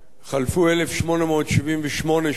חלפו 1,878 שנים